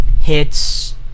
hits